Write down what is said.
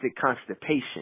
constipation